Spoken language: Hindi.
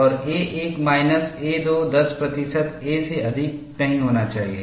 और a1 माइनस a2 10 प्रतिशत a से अधिक नहीं होना चाहिए